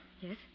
Yes